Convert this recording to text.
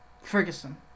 Ferguson